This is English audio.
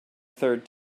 third